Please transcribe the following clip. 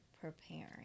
preparing